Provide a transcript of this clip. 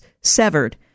severed